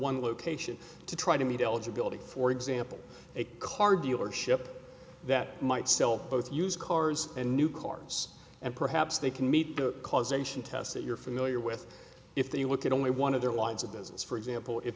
one location to try to meet eligibility for example a car dealership that might sell both used cars and new cars and perhaps they can meet the causation test that you're familiar with if they look at only one of their lines of business for example if